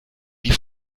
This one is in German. die